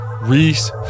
reese